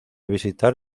visitar